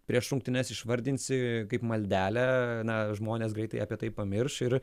prieš rungtynes išvardinsi kaip maldelę na žmonės greitai apie tai pamirš ir